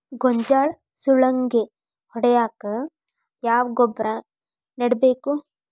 ಗೋಂಜಾಳ ಸುಲಂಗೇ ಹೊಡೆದಾಗ ಯಾವ ಗೊಬ್ಬರ ನೇಡಬೇಕು?